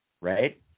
right